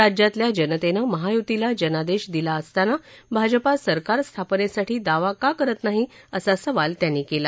राज्यातल्या जनतेनं महायुतीला जनादेश दिला असताना भाजपा सरकार स्थापनेसाठी दावा का करत नाही असा सवाल त्यांनी केला